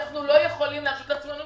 אנחנו לא יכולים להרשות לעצמנו